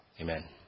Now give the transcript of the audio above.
Amen